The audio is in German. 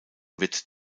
wird